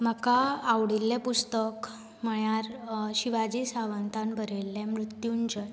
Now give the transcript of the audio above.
म्हाका आवडिल्लें पुस्तक म्हळ्यार अ शिवाजी सावंतान बरयल्ले मृत्यूंजय